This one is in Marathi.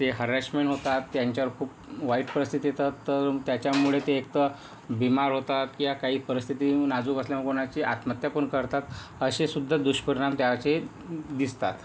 ते हराशमेण होतात त्यांच्यावर खूप वाईट परिस्थितीत तर तर त्याच्यामुळे ते एक तर बीमार होतात किंवा काही परिस्थिती नाजूक असल्या कोणाची आत्महत्या कोण करतात असेसुद्धा दुष्परिणाम त्याचे दिसतात